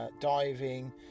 diving